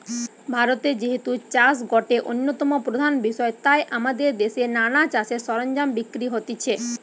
ভারতে যেহেতু চাষ গটে অন্যতম প্রধান বিষয় তাই আমদের দেশে নানা চাষের সরঞ্জাম বিক্রি হতিছে